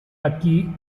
aquí